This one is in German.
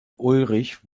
ulrich